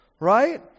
Right